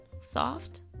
Soft